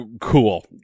cool